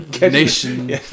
nation